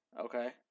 Okay